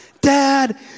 Dad